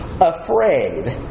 afraid